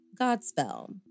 Godspell